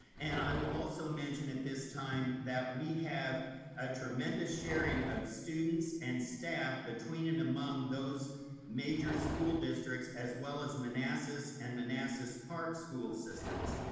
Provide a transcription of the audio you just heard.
and i will also mention at this time that we have a tremendous sharing of students and staff between and among those major school districts as well as manassas and manassas park school systems.